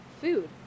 food